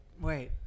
Wait